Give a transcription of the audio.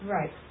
Right